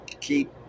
keep